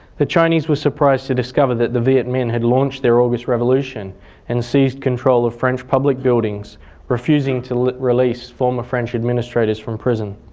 the chinese were surprised to discover that the viet minh had launched their august revolution and seized control of french public buildings refusing to release former french administrators from prison.